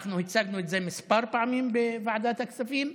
אנחנו הצגנו את זה כמה פעמים בוועדת הכספים,